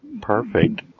Perfect